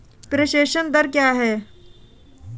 प्रेषण दर क्या है?